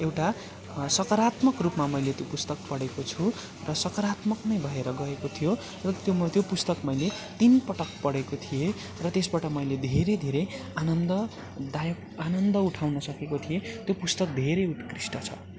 एउटा सकारात्मक रूपमा मैले त्यो पुस्तक पढेको छु र सकारात्मक नै भएर गएको थियो र त्यो म त्यो पुस्तक मैले तिनपटक पढेको थिएँ र त्यसबाट मैले धेरै धेरै अनन्ददायक आनन्द उठाउनु सकेको थिएँ त्यो पुस्तक धेरै उत्कृष्ट छ